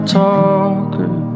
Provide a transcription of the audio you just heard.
talker